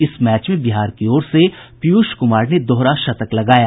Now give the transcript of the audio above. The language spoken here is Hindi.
इस मैच में बिहार की ओर से पीयूष कुमार ने दोहरा शतक लगाया